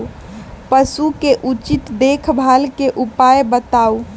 पशु के उचित देखभाल के उपाय बताऊ?